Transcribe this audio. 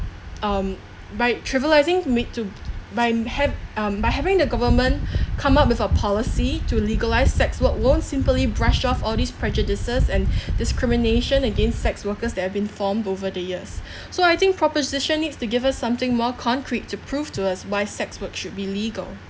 um by trivializing made to by ha~ um by having the government come up with a policy to legalise sex work won't simply brush off all these prejudices and discrimination against sex workers that have been formed over the years so I think proposition needs to give us something more concrete to prove to us why sex work should be legal